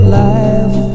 life